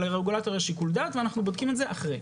ולרגולטור יש שיקול דעת ואנחנו בודקים את זה אחרי.